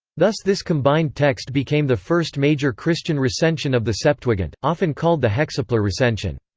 thus this combined text became the first major christian recension of the septuagint, often called the hexaplar recension.